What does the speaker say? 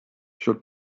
should